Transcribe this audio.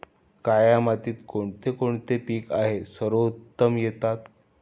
काया मातीत कोणते कोणते पीक आहे सर्वोत्तम येतात?